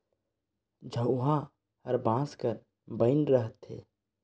झउहा हर बांस कर बइन रहथे